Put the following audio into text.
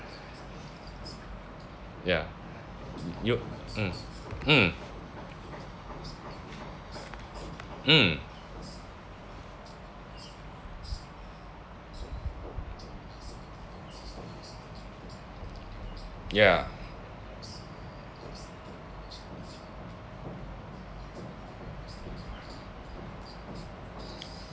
ya you mm mm mm ya